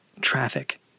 traffic